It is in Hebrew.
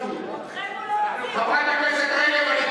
חבר הכנסת יריב לוין,